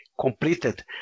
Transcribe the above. completed